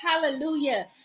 hallelujah